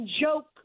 joke